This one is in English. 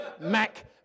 Mac